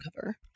cover